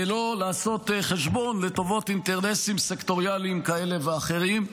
ולא לעשות חשבון לטובות אינטרסים סקטוריאליים כאלה ואחרים.